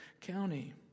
County